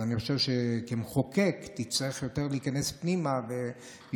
אני חושב שכמחוקק תצטרך להיכנס יותר פנימה ולבדוק